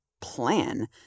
plan